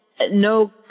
no